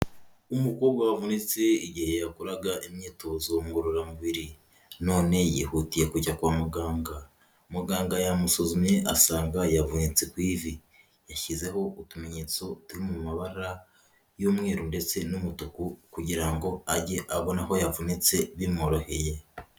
Umukobwa wavunitse igihe yakoraga imyitozo ngororamubiri. None yihutiye kujya kwa muganga. Muganga yamusuzumye asanga yavunitse ku ivi. Yashyizeho utumenyetso turi mu mabara, y'umweru ndetse n'umutuku, kugira ngo ajye abona aho yavunitse bimworoheye.